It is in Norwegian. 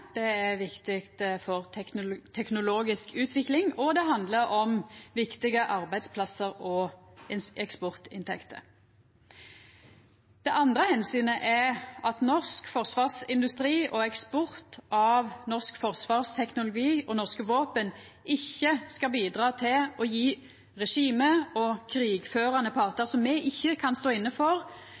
som er viktig både for forsvaret av landet og for teknologisk utvikling, og det handlar om viktige arbeidsplassar og eksportinntekter. Det andre omsynet er at norsk forsvarsindustri og eksport av norsk forsvarsteknologi og norske våpen ikkje skal bidra til å gje regime og krigførande partar som me ikkje kan stå